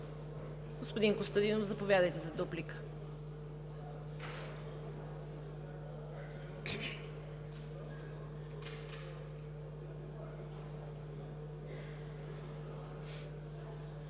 Господин Костадинов, заповядайте за дуплика.